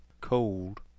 cold